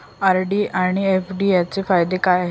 RD आणि FD यांचे फायदे काय आहेत?